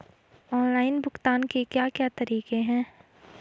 Online भुगतान के क्या क्या तरीके हैं?